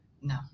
No